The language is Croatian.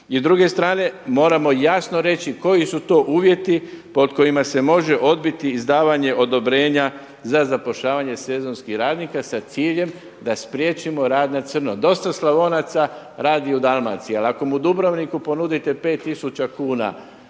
I s druge strane moramo jasno reći koji su to uvjeti pod kojima se može odbiti izdavanje odobrenja za zapošljavanje sezonskih radnika sa ciljem da spriječimo rad na crno. Dosta Slavonaca radi u Dalmaciji. Ali ako mu u Dubrovniku ponudite 5000 kuna